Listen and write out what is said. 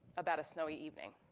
about a snowy evening.